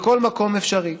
ובכל מקום אפשרי.